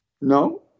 No